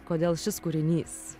kodėl šis kūrinys